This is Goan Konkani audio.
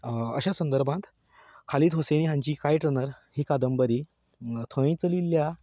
अशे संदर्भान खालीद हूसैन हांची कायट रनर ही कादंबरी थंय चलिल्ल्या